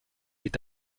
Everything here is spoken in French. est